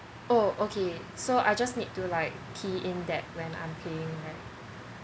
oh okay so I'll just need to like key in that when I'm paying right